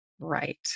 right